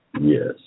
Yes